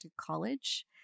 College